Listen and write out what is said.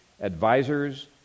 advisors